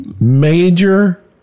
major